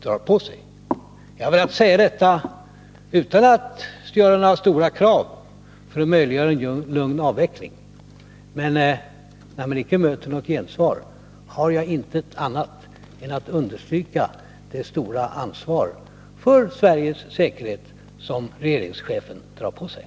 Jag har velat säga detta utan att ställa några stora krav — för att möjliggöra en lugn avveckling. Men när jag inte möter något gensvar har jag intet annat att göra än att understryka det stora ansvar för Sveriges säkerhet som Nr 17 regeringschefen drar på sig.